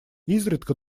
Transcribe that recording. изредка